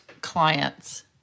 clients